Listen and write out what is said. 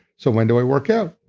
so when do i work out?